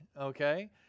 okay